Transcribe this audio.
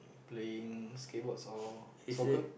playing skateboards or soccer